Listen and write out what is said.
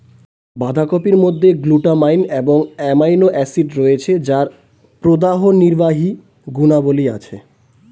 বাঁধাকপির মধ্যে গ্লুটামাইন এবং অ্যামাইনো অ্যাসিড রয়েছে যার প্রদাহনির্বাহী গুণাবলী আছে